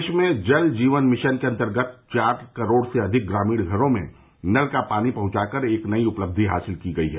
देश में जल जीवन मिशन के अंतर्गत चार करोड़ से अधिक ग्रामीण घरों में नल का पानी पहुंचाकर एक नई उपलब्धि हासिल की गई है